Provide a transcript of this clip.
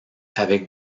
avec